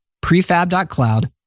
prefab.cloud